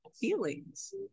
feelings